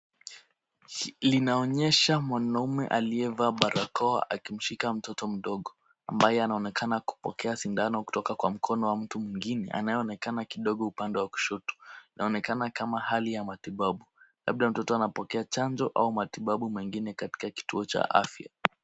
Linaonyesha mwanaume aliyevaa barakoa akimshika mtoto mdogo ambaye anaonekana kupokea sindano kutoka kwa mkono wa mtu mwingine anayeonekana kidogo upande wa kushoto. Inaonekana kama hali ya matibabu labda mtoto anapokea chanjo au matibabu mengine katika kituo cha afya.